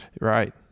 Right